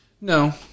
No